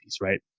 right